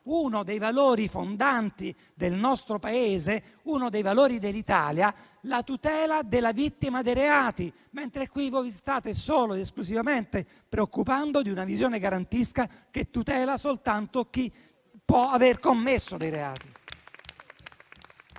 uno dei valori fondanti del nostro Paese, uno dei valori dell'Italia, la tutela della vittima dei reati, mentre qui voi vi state solo ed esclusivamente preoccupando di una visione garantisca che tutela soltanto chi può aver commesso dei reati.